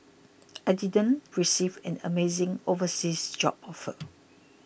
I didn't receive an amazing overseas job offer